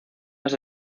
las